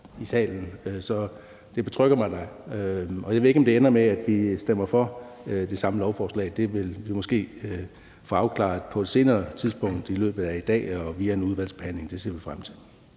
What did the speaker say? i salen. Så det betrygger mig da. Jeg ved ikke, om det ender med, at vi stemmer for det samme lovforslag; det vil vi måske få afklaret på et senere tidspunkt i løbet af i dag eller via en udvalgsbehandling, og det ser vi frem til.